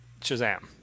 Shazam